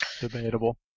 Debatable